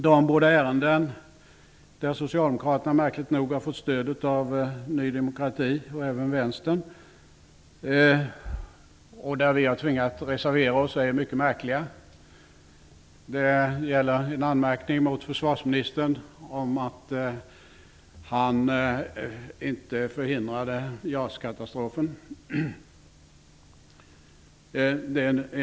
De båda ärenden där socialdemokraterna märkligt nog fått stöd av Ny demokrati och Vänstern, och där vi har tvingats att reservera oss, är mycket märkliga. Det gäller en anmärkning mot försvarsministern om att han inte förhindrade JAS-katastrofen.